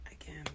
Again